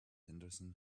henderson